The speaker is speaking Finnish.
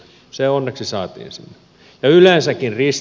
se onneksi saatiin sinne